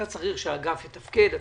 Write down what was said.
אתה צריך שהאגף יתפקד,